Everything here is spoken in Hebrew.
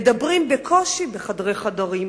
מדברים בקושי בחדרי חדרים.